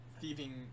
thieving